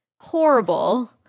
Horrible